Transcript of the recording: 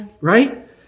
right